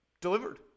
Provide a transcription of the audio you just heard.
delivered